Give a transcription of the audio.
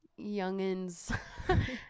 youngins